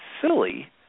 silly